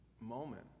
moment